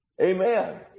Amen